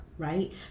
right